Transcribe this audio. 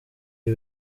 ibi